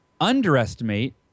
underestimate